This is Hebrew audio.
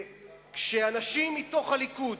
וכשאנשים מתוך הליכוד,